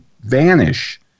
vanish